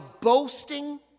boasting